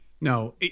No